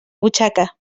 butxaca